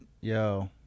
yo